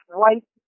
white